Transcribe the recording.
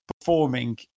performing